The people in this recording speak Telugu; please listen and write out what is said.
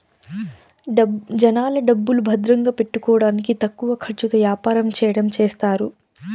జనాల డబ్బులు భద్రంగా పెట్టుకోడానికి తక్కువ ఖర్చుతో యాపారం చెయ్యడం చేస్తారు